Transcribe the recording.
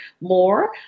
more